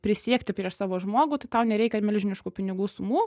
prisiekti prieš savo žmogų tai tau nereikia milžiniškų pinigų sumų